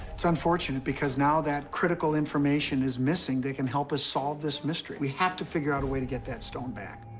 it's unfortunate, because now that critical information is missing that can help us solve this mystery. we have to figure out a way to get that stone back.